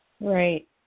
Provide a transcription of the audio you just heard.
Right